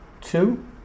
two